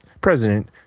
president